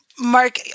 Mark